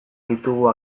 ditugu